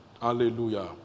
Hallelujah